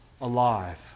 alive